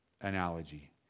analogy